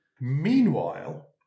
meanwhile